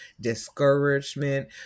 discouragement